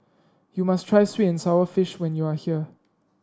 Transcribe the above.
you must try sweet and sour fish when you are here